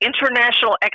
international